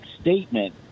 statement